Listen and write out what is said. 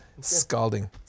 Scalding